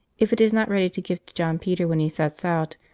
if it is not ready to give to john peter when he sets out,